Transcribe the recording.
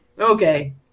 okay